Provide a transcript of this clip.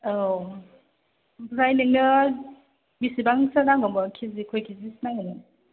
औ आमफ्राइ नोंनो बेसेबांथो नांगौमोन केजि खय केजिसो नांगौमोन